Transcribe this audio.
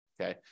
Okay